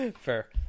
fair